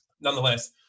nonetheless